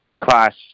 class